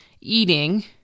eating